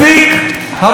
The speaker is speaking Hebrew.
הדומיננטי,